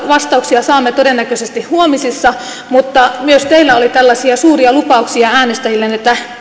vastauksia saamme todennäköisesti huomisissa mutta myös teillä oli tällaisia suuria lupauksia äänestäjillenne että